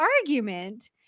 argument